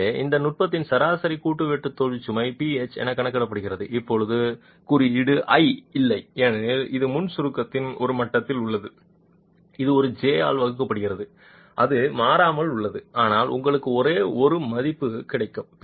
எனவே இந்த நுட்பத்தில் சராசரி கூட்டு வெட்டு தோல்வி சுமை p h என கணக்கிடப்படுகிறது இப்போது குறியீட்டு i இல்லை ஏனெனில் இது முன் சுருக்கத்தின் ஒரு மட்டத்தில் உள்ளது இது ஒரு j ஆல் வகுக்கப்படுகிறது அது மாறாமல் உள்ளது ஆனால் உங்களுக்கு ஒரே ஒரு மதிப்பு கிடைக்கும்